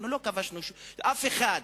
אנחנו לא כבשנו אף אחד.